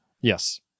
Yes